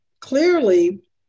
Clearly